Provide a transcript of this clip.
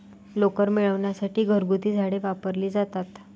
लोकर मिळविण्यासाठी घरगुती झाडे वापरली जातात